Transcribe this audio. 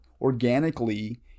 organically